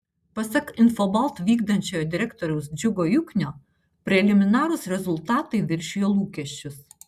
pasak infobalt vykdančiojo direktoriaus džiugo juknio preliminarūs rezultatai viršijo lūkesčius